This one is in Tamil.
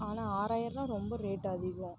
ஆனால் ஆறாயருபா ரொம்ப ரேட் அதிகம்